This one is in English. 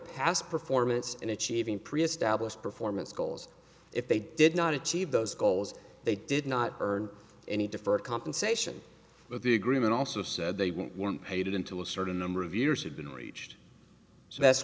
past performance in achieving pre established performance goals if they did not achieve those goals they did not earn any deferred compensation but the agreement also said they were paid into a certain number of years had been reached so that's